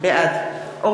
בעד מיקי לוי,